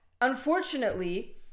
unfortunately